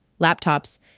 laptops